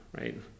right